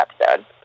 episode